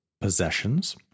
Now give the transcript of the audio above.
possessions